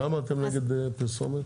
למה אתם נגד פרסומת?